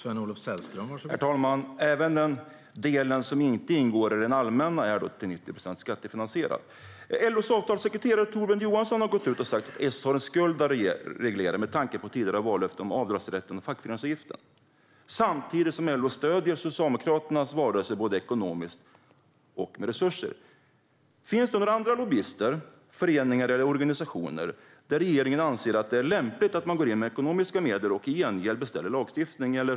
Herr talman! Även den del som inte ingår i den allmänna försäkringen är upp till 90 procent skattefinansierad. LO:s avtalssekreterare Torbjörn Johansson har sagt att S har en skuld att reglera med tanke på tidigare vallöften om avdragsrätten och fackföreningsavgiften, samtidigt som LO stöder Socialdemokraternas valrörelse både ekonomiskt och med andra resurser. Finns det andra lobbyister, föreningar eller organisationer där regeringen anser att det är lämpligt att man går in med ekonomiska medel och i gengäld beställer lagstiftning?